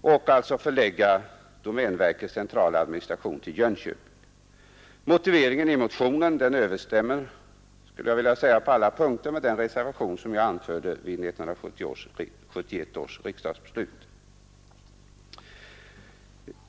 och förlägga domänverkets centrala administration till Jönköping. Motiveringen i motionen överensstämmer, skulle jag vilja säga, på alla punkter med den reservation jag avgav vid 1971 års riksdagsbeslut.